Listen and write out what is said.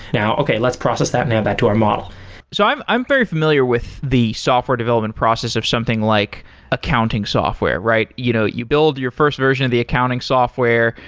now okay, let's process that now back to our model so i'm i'm very familiar with the software development process of something like accounting software, right? you know you build your first version of the accounting software,